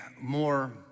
more